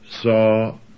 saw